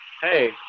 Hey